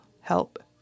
help